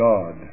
God